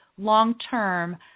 long-term